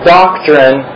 doctrine